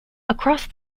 across